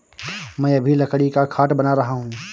मैं अभी लकड़ी का खाट बना रहा हूं